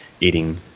eating